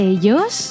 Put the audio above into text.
Ellos